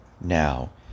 now